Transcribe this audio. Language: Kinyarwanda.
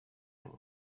d’or